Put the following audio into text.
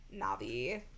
Navi